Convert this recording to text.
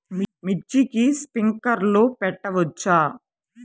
మిర్చికి స్ప్రింక్లర్లు పెట్టవచ్చా?